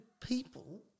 people